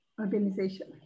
Organization